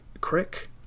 Crick